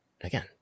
Again